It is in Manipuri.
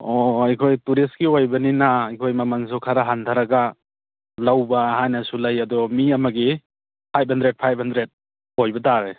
ꯑꯣ ꯑꯩꯈꯣꯏ ꯇꯨꯔꯤꯁꯀꯤ ꯑꯣꯏꯕꯅꯤꯅ ꯑꯩꯈꯣꯏ ꯃꯃꯜꯁꯨ ꯈꯔ ꯍꯟꯊꯔꯒ ꯂꯧꯕ ꯍꯥꯏꯅꯁꯨ ꯂꯩ ꯑꯗꯣ ꯃꯤ ꯑꯃꯒꯤ ꯐꯥꯏꯚ ꯍꯟꯗ꯭ꯔꯦꯠ ꯐꯥꯏꯚ ꯍꯟꯗ꯭ꯔꯦꯠ ꯑꯣꯏꯕ ꯇꯥꯔꯦ